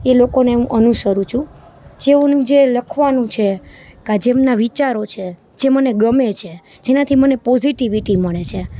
એ લોકોને હું અનુસરું છું જેઓનું જે લખવાનું છે કાં જે એમના વિચારો છે જે મને ગમે છે તેનાથી મને પોઝિટિવિટી મળે છે